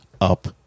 up